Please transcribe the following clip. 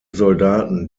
soldaten